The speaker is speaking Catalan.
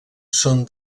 són